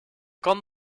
kan